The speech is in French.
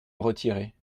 retirer